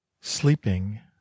sleeping